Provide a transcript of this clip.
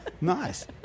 Nice